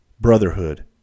brotherhood